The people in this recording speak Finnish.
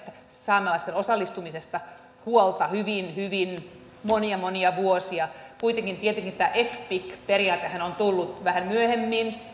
saamelaisten osallistumisesta huolta hyvin hyvin monia monia vuosia kuitenkin tietenkin tämä fpic periaate on tullut vähän myöhemmin